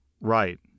Right